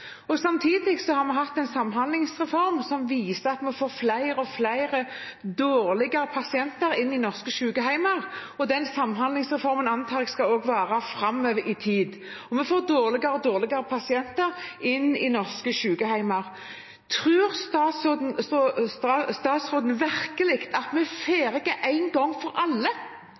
Samtidig har vi hatt en samhandlingsreform som viser at vi får flere og flere dårligere pasienter inn i norske sykehjem. Den samhandlingsreformen antar jeg også skal vare framover i tid, og vi får dårligere og dårligere pasienter inn i norske sykehjem. Tror statsråden virkelig at vi er ferdige én gang for alle